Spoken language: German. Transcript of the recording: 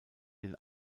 den